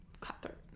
cutthroat